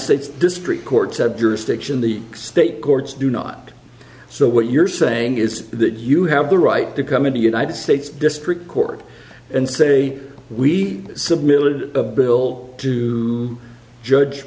state courts do not so what you're saying is that you have the right to come in the united states district court and say we submitted a bill to judge